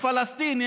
הפלסטיני,